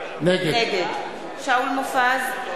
נגד שאול מופז,